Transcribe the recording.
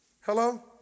Hello